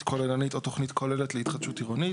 כוללנית או תוכנית כוללת להתחדשות עירונית.